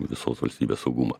visos valstybės saugumą